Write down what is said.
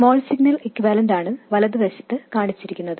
small signal equivalent ആണ് വലതുവശത്ത് കാണിച്ചിരിക്കുന്നത്